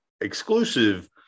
exclusive